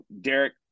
Derek